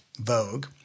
vogue